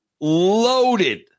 loaded